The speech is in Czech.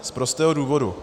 Z prostého důvodu.